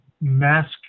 mask